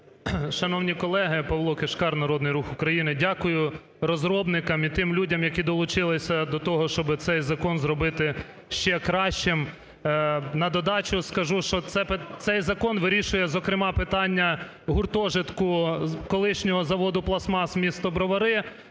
Шановні колеги! Павло Кишкар, "Народний Рух України". Дякую розробникам і тим людям, які долучились до того, щоб цей закон зробити ще кращим. На додачу скажу, що цей закон вирішує зокрема питання гуртожитку колишнього заводу "Пластмас", місто Бровари,